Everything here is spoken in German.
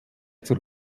zur